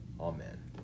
Amen